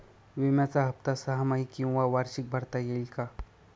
विम्याचा हफ्ता सहामाही किंवा वार्षिक भरता येईल का?